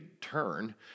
turn